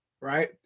Right